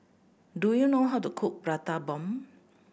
do you know how to cook Prata Bomb